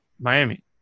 Miami